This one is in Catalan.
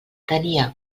tenia